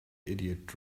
idiot